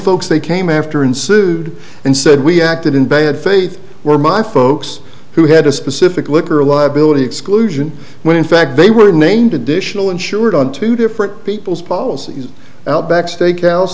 folks they came after ensued and said we acted in bad faith were my folks who had a specific look or a liability exclusion when in fact they were named additional insured on two different people's policies outback steakhouse